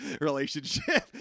relationship